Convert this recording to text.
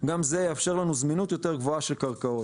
גם זה יאפשר לנו זמינות יותר גבוהה של קרקעות.